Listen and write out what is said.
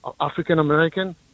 African-American